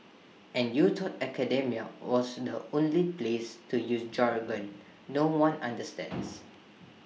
and you thought academia was the only place to use jargon no one understands